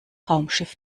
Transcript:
raumschiff